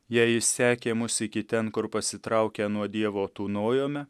jei jis sekė mus iki ten kur pasitraukė nuo dievo tūnojome